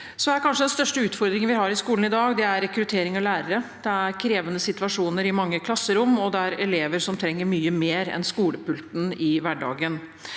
den største utfordringen vi har i skolen i dag, er rekruttering av lærere. Det er krevende situasjoner i mange klasserom, og det er elever som trenger mye mer enn skolepulten i hverdagen.